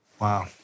Wow